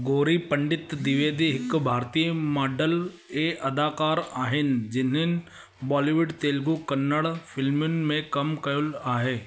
गौरी पंडित द्विवेदी हिकु भारतीय मॉडल ऐं अदाकार आहिनि जिन्हनि बॉलीवुड तेलुगू ऐं कन्नड़ फ़िल्मुनि में कमु कयलु आहे